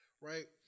Right